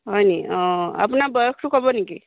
হয়নি অঁ আপোনাৰ বয়সটো ক'ব নেকি